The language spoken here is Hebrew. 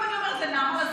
אם אני אומרת לנעמה,